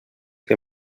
que